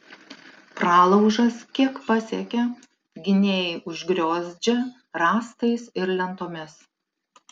pralaužas kiek pasiekia gynėjai užgriozdžia rąstais ir lentomis